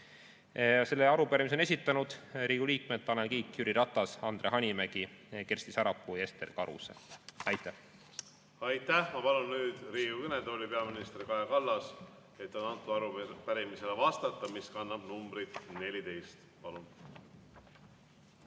Selle arupärimise on esitanud Riigikogu liikmed Tanel Kiik, Jüri Ratas, Andre Hanimägi, Kersti Sarapuu ja Ester Karuse. Aitäh! Aitäh! Ma palun nüüd Riigikogu kõnetooli peaminister Kaja Kallase, et vastata arupärimisele, mis kannab numbrit 14. Palun!